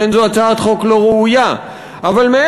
לכן זו הצעת חוק לא ראויה.